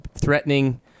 threatening